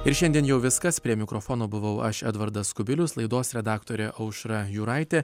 ir šiandien jau viskas prie mikrofono buvau aš edvardas kubilius laidos redaktorė aušra juraitė